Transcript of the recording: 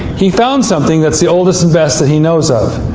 he found something that's the oldest and best that he knows of.